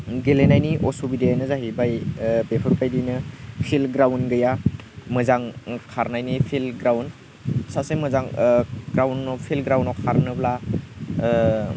गेलेनायनि असुबिदायानो जाहैबाय बेफोरबायदिनो फिल्ड ग्राउण्ड गैया मोजां खारनायनि फिल्ड ग्राउण्ड सासे मोजां ग्राउण्डआव फिल्ड ग्राउण्डआव खारनोब्ला